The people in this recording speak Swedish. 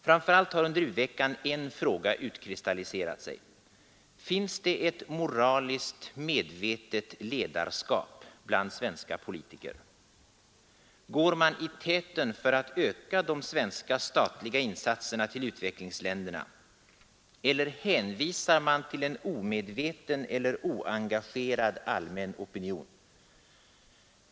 Framför allt har under u-veckan en fråga utkristalliserat sig: Finns det ett moraliskt medvetet ledarskap bland svenska politiker? Går man i täten för att öka de svenska statliga insatserna till utvecklingsländerna, eller hänvisar man till en omedveten eller oengagerad allmän opinion?